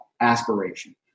aspiration